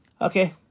Okay